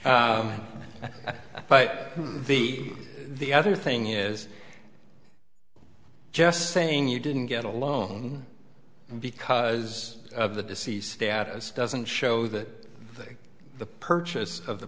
but the the other thing is just saying you didn't get a loan because of the deceased status doesn't show that the purchase of the